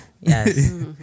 yes